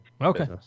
Okay